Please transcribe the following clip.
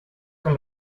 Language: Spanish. con